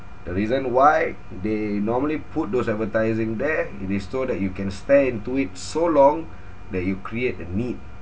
the reason why they normally put those advertising there it is so that you can stare into it so long that you create a need